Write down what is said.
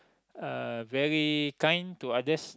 a very kind to others